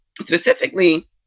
specifically